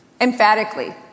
Emphatically